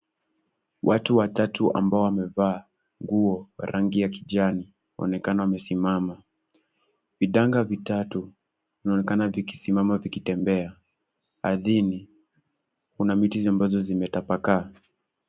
Watu watatu ambao wamevaa nguo za rangi ya kijani wanaonekana wamesimama. Vidanga vitatu vinaonekana vikisimama vikitembea. Ardhini kuna miti ambazo zimetapakaa.